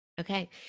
Okay